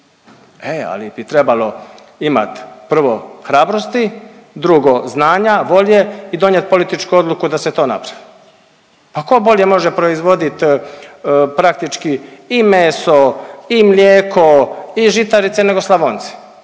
E ali bi trebalo imat prvo hrabrosti, drugo znanja, volje i donijeti političku volju da se to napravi. A tko bolje može proizvodit praktički i meso i mlijeko i žitarice nego Slavonci,